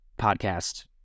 podcast